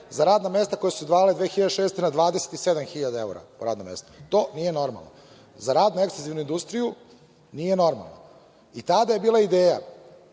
za radna mesta koja su se izdvajala 2006. godina na 27 hiljada evra po radnom mestu. To nije normalno. Za radno-ekstenzivnu industriju nije normalno. I tada je bila ideja,